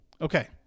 Okay